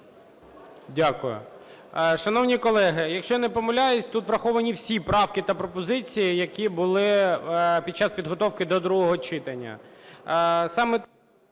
Дякую. Шановні колеги, якщо я не помиляюсь, тут враховані всі правки та пропозиції, які були під час підготовки до другого читання.